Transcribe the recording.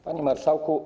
Panie Marszałku!